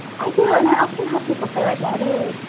i do and i often have people say like, why do you,